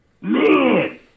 man